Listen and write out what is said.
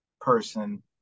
person